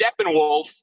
Steppenwolf